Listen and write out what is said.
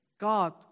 God